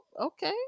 Okay